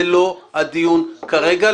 זה לא הדיון כרגע,